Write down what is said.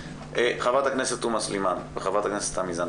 חברת הכנסת תומא סלימאן וחברת הכנסת תמר זנדברג,